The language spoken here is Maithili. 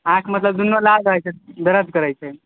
आँखि मतलब दुनू लाल भए गेल छै दरद करै छै